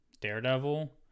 Daredevil